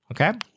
Okay